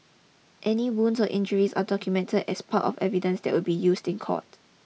any wounds or injuries are documentd as part of evidence that will be used in court